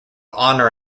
honor